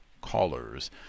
callers